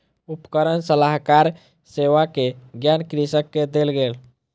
उपकरण सलाहकार सेवा के ज्ञान कृषक के देल गेल